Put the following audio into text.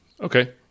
Okay